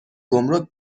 گمرگ